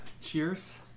Cheers